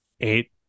eight